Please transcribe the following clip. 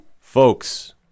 Folks